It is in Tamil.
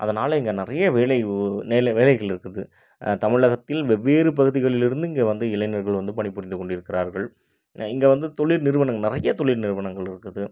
அதனாலே இங்கே நிறைய வேலை ஊ வேலை வேலைகள் இருக்குது தமிழகத்தில் வெவ்வேறு பகுதிகளிலிருந்து இங்கே வந்து இளைஞர்கள் வந்து பணிபுரிந்துக் கொண்டிருக்கிறார்கள் இங்கே வந்து தொழில் நிறுவனங்கள் நிறையா தொழில் நிறுவனங்கள் இருக்குது